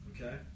Okay